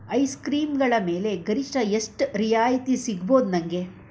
ice ಕ್ರೀಮ್ಗಳ ಮೇಲೆ ಗರಿಷ್ಠ ಎಷ್ಟು ರಿಯಾಯಿತಿ ಸಿಗ್ಬೋದು ನನಗೆ